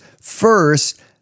first